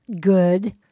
good